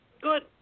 Good